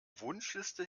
wunschliste